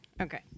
Okay